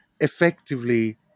Effectively